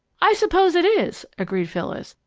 i suppose it is, agreed phyllis,